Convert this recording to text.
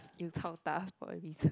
you chao tah for a